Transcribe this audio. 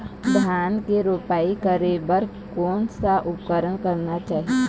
धान के रोपाई करे बर कोन सा उपकरण करना चाही?